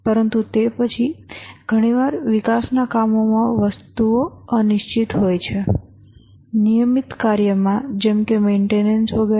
પરંતુ તે પછી ઘણીવાર વિકાસના કામોમાં વસ્તુઓ અનિશ્ચિત હોય છે નિયમિત કાર્યમાં જેમ કે મેઇન્ટેનન્સ વગેરે